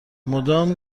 مدام